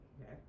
Okay